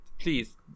Please